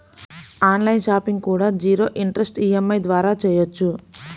on line shopping కూడా zero interest EMI ద్వారా చెయ్యొచ్చు